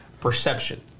perception